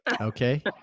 Okay